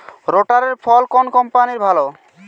রোটারের ফল কোন কম্পানির ভালো?